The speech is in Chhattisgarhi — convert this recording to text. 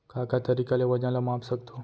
का का तरीक़ा ले वजन ला माप सकथो?